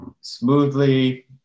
smoothly